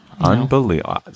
Unbelievable